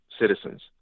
citizens